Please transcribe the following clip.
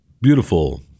beautiful